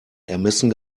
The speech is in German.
ermessen